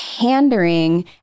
pandering